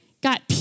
got